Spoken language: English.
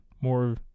more